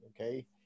Okay